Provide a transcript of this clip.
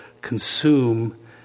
consume